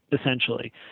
essentially